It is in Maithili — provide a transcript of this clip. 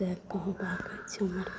तेँ